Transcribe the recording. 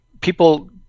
people